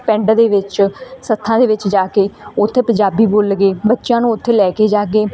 ਪਿੰਡ ਦੇ ਵਿੱਚ ਸੱਥਾਂ ਦੇ ਵਿੱਚ ਜਾ ਕੇ ਓੱਥੇ ਪੰਜਾਬੀ ਬੋਲੀਏ ਬੱਚਿਆਂ ਨੂੰ ਓੱਥੇ ਲੈ ਕੇ ਜਾ ਕੇ